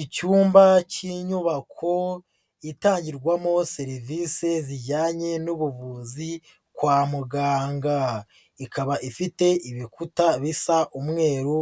Icyumba cy'inyubako itangirwamo serivise zijyanye n'ubuvuzi kwa muganga, ikaba ifite ibikuta bisa umweru